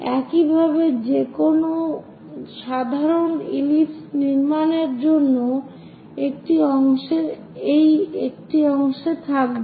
এইভাবে যে কোনও সাধারণ ইলিপস এটি নির্মাণের জন্য একটি অংশে থাকবে